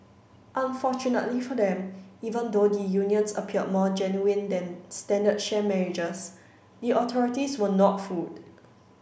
unfortunately for them even though the unions appeared more genuine than standard sham marriages the authorities were not fooled